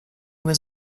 was